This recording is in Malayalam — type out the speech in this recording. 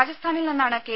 രാജസ്ഥാനിൽ നിന്നാണ് കെ